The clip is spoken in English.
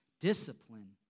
Discipline